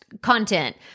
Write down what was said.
content